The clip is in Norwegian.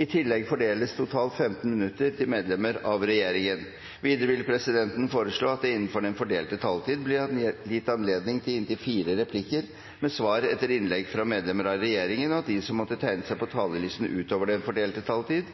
I tillegg fordeles totalt 15 minutter til medlemmer av regjeringen. Videre vil presidenten foreslå at det blir gitt anledning til inntil fire replikker med svar etter innlegg fra medlemmer av regjeringen innenfor den fordelte taletid, og at de som måtte tegne seg på talerlisten utover den fordelte taletid,